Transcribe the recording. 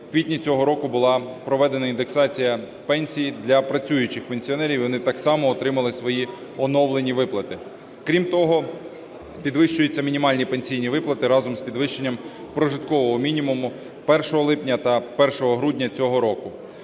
У квітні цього року проведена індексація пенсій для працюючих пенсіонерів, вони так само отримали свої оновлені виплати. Крім того, підвищуються мінімальні пенсійні виплати разом з підвищенням прожиткового мінімуму 1 липня та 1 грудня цього року.